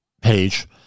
page